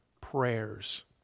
prayers